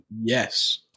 yes